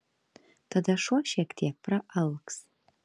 tada šuo šiek tiek praalks